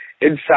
inside